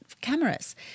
cameras